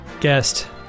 guest